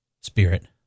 Spirit